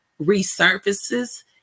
resurfaces